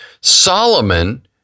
Solomon